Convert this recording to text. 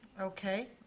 Okay